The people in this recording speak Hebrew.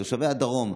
תושבי הדרום,